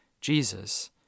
Jesus